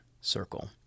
circle